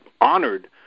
honored